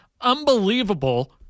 Unbelievable